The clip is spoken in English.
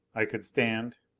i could stand.